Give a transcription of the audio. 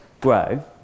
grow